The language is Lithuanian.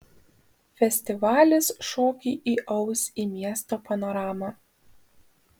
festivalis šokį įaus į miesto panoramą